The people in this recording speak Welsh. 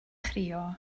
chrio